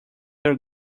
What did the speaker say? your